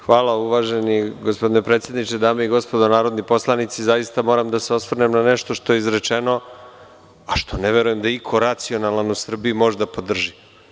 Hvala uvaženi gospodine predsedniče, dame i gospodo narodni poslanici, zaista moram da se osvrnem na nešto što je izrečeno, a što ne verujem da iko racionalan u Srbiji može da podrži.